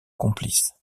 complice